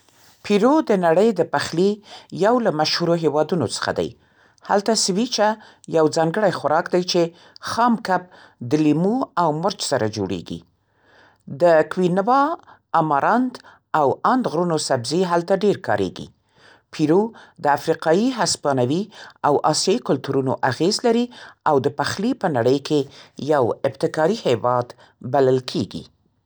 پیرو د نړۍ د پخلي یو له مشهورو هېوادونو څخه دی. هلته «سیویچه» یو ځانګړی خوراک دی چې خام کب د لیمو او مرچ سره جوړېږي. د کوینوا، امارانت او آند غرونو سبزي هلته ډېر کارېږي. پیرو د افریقایي، هسپانوي او آسیایي کلتورونو اغېز لري او د پخلي په نړۍ کې یو ابتکاري هېواد بلل کېږي.